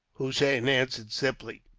hossein answered simply.